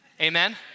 Amen